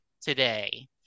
today